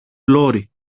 πλώρη